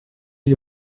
you